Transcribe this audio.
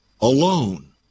alone